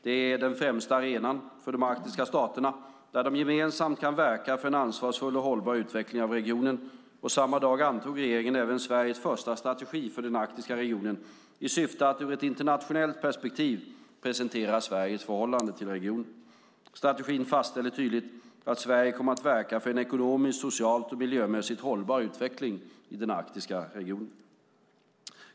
Det är den främsta arenan för de arktiska staterna där de gemensamt kan verka för en ansvarsfull och hållbar utveckling av regionen. Samma dag antog regeringen även Sveriges första strategi för den arktiska regionen i syfte att ur ett internationellt perspektiv presentera Sveriges förhållande till regionen. Strategin fastställer tydligt att Sverige kommer att verka för en ekonomiskt, socialt och miljömässigt hållbar utveckling i den arktiska regionen.